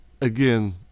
Again